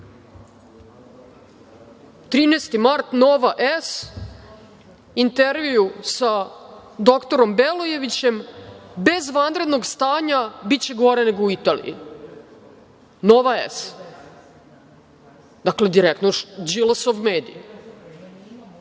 13. mart „Nova S“, intervju sa dr. Belojevićem: „Bez vanrednog stanja biće gore nego u Italiji.“ „Nova S“. Dakle, direktno Đilasov mediji.